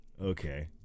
okay